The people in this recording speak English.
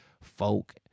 folk